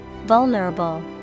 Vulnerable